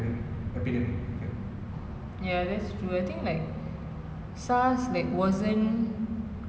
mm it was very low risk of contag~ like uh to con~ uh spread from one person to another but it was dead more deadly than the COVID